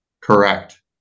Correct